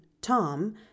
Tom